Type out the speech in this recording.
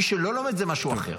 מי שלא לומד, זה משהו אחר.